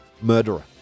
murderer